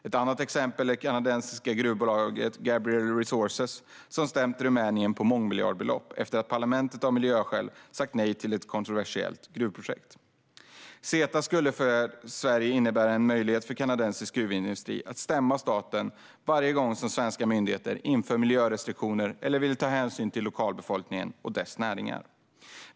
Ett annat exempel är det kanadensiska gruvbolaget Gabriel Resources, som stämt Rumänien på mångmiljardbelopp efter att parlamentet av miljöskäl sagt nej till ett kontroversiellt gruvprojekt. CETA skulle för Sverige innebära en möjlighet för kanadensisk gruvindustri att stämma staten varje gång svenska myndigheter inför miljörestriktioner eller vill ta hänsyn till lokalbefolkningen och dess näringar.